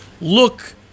Look